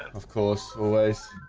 of course always